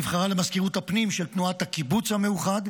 היא נבחרה למזכירות הפנים של תנועת הקיבוץ המאוחד,